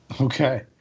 Okay